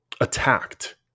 attacked